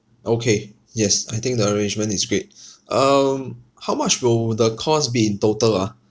okay yes I think the arrangement is great um how much will the cost be in total ah